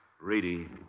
Reedy